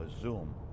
Zoom